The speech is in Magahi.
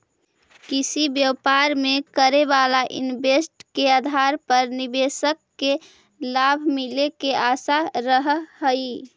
किसी व्यापार में करे वाला इन्वेस्ट के आधार पर निवेशक के लाभ मिले के आशा रहऽ हई